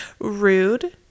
Rude